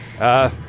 Uh